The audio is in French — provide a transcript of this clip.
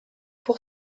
pour